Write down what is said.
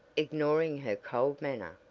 ignoring her cold manner,